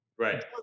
Right